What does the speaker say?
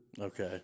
okay